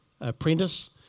apprentice